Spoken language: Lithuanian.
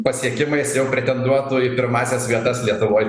pasiekimais jau pretenduotų į pirmąsias gretas lietuvoj